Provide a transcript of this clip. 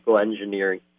engineering